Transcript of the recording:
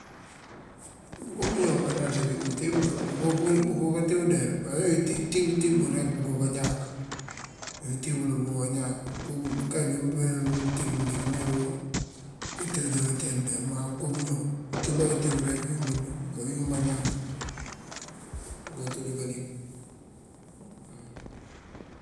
Bëko bëñoow banaţ mëntíb bul bëko kate udeyar. Pasëk itíb këtíbul rek bëko kañáak, itíb bëko kañáak. Bëko bëkay bí mëmpurir mëntíb mëndiŋ mee bëko dikate udeyar. Má bëñoow mëntíb bá këtíbul rek këwín badug këwín bañáak, bëko katuli kalik waw.